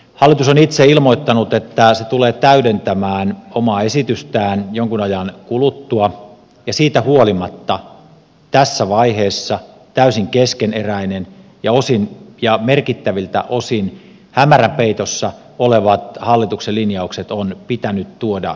hallitus on itse ilmoittanut että se tulee täydentämään omaa esitystään jonkin ajan kuluttua ja siitä huolimatta tässä vaiheessa täysin keskeneräinen esitys ja merkittäviltä osin hämärän peitossa olevat hallituksen linjaukset on pitänyt tuoda eduskunnan käsittelyyn